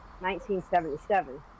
1977